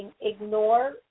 ignore